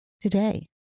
today